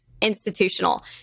institutional